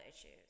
issues